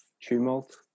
tumult